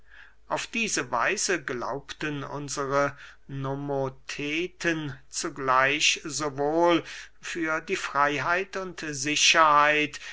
auf diese weise glaubten unsre nomotheten zugleich sowohl für die freyheit und sicherheit